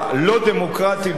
הלא-דמוקרטי,